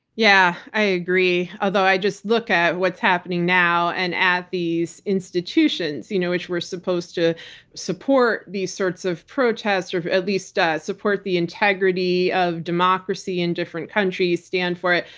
yeah, i agree, although i just look at what's happening now and at these institutions, you know which were supposed to support these sorts of protest or at least ah support the integrity of democracy in different countries, stand for it.